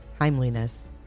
timeliness